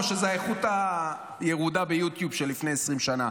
או שזה האיכות הירודה ביוטיוב של לפני 20 שנה.